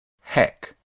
heck